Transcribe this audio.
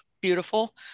beautiful